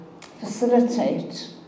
facilitate